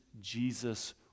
Jesus